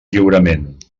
lliurement